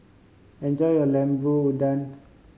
enjoy your Lemper Udang